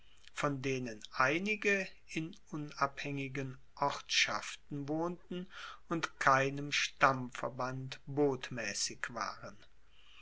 von denen einige in unabhaengigen ortschaften wohnten und keinem stammverband botmaessig waren